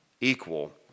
equal